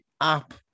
app